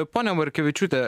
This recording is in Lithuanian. ponia markevičiūte